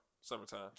summertime